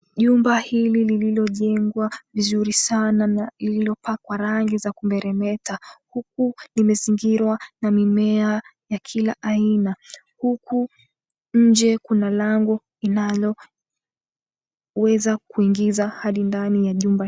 Jumba hilo lililo jengwa vizuri sana limepakwa rangi za kumeremeta huku limezingira na mimea kila aina huku nje kuna lango linaloweza kuingiza hadi ndani ya jumba hilo.